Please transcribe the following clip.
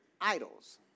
idols